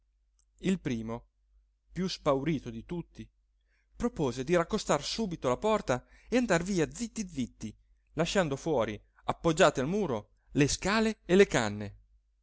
il primo più spaurito di tutti propose di raccostar subito la porta e andare via zitti zitti lasciando fuori appoggiate al muro le scale e le canne